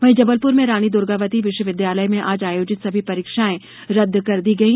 वहीं जबलप्र में रानी दुर्गावती विश्वविद्यालय में आज आयोजित सभी परीक्षाएं रद्द कर दी गयी